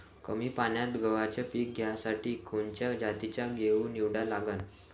कमी पान्यात गव्हाचं पीक घ्यासाठी कोनच्या जातीचा गहू निवडा लागन?